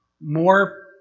more